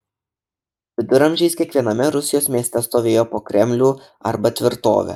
viduramžiais kiekviename rusijos mieste stovėjo po kremlių arba tvirtovę